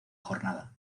jornada